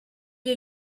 est